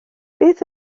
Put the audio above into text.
beth